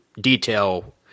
detail